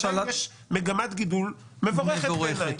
יש מגמת גידול מבורכת.